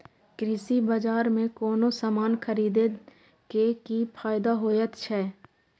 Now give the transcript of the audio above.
कृषि बाजार में कोनो सामान खरीदे के कि फायदा होयत छै?